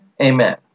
amen